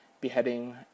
beheading